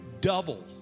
double